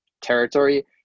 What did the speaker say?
territory